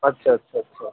আচ্ছা আচ্ছা আচ্ছা